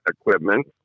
equipment